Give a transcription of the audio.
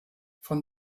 von